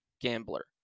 Gambler